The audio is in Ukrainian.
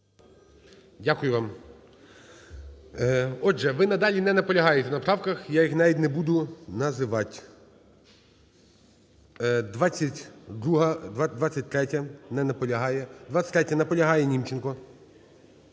Дякую вам. Отже, ви надалі не наполягаєте на правках, я їх навіть не буду називати. 22-а, 23-я? Не наполягає. 23-я. Наполягає Німченко.